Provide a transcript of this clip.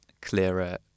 clearer